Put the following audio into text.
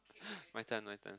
my turn my turn